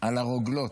על הרוגלות.